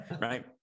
Right